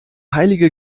heilige